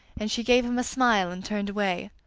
and she gave him a smile and turned away.